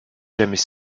jamais